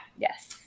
Yes